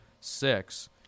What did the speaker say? six